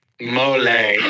Mole